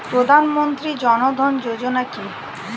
প্রধানমন্ত্রী জনধন যোজনা কি?